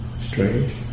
strange